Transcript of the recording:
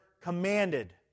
commanded